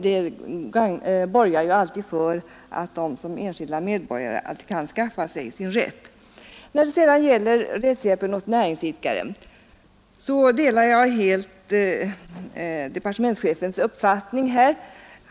Det borgar för att de såsom enskilda samhällsmedlemmar kan skaffa sig sin rätt. När det sedan gäller rättshjälpen åt näringsidkare delar jag helt departementschefens uppfattning.